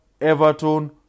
Everton